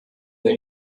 der